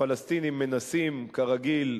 הפלסטינים מנסים, כרגיל,